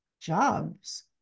jobs